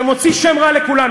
שמוציא שם רע לכולנו.